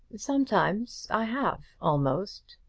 sometimes i have almost.